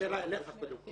שאלה אליך קודם כל.